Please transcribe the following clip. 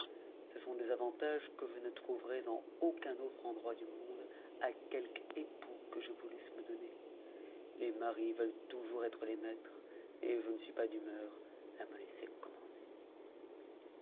ce sont des avantages que je ne trouverais en aucun autre endroit du monde à quelque époux que je voulusse me donner les maris veulent toujours être les maîtres et je ne suis pas d'humeur à me laisser commander